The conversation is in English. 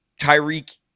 Tyreek